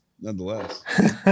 nonetheless